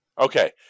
okay